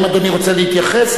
האם אדוני רוצה להתייחס?